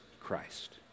Christ